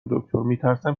دکتر، میترسم